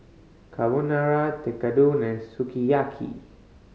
Carbonara Tekkadon and Sukiyaki